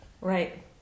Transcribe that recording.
Right